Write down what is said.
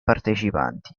partecipanti